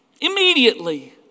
Immediately